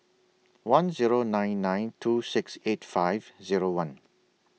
one Zero nine nine two six eight five Zero one